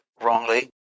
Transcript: wrongly